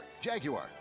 Jaguar